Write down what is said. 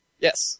yes